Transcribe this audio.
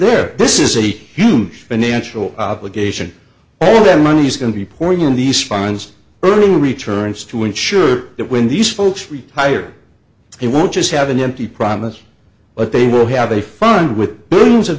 there this is a huge financial obligation all that money's going to be pouring in these spines earning returns to ensure that when these folks retire they won't just have an empty promise but they will have a fund with bloom's of